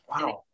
Wow